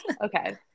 Okay